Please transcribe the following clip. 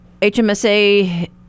HMSA